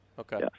Okay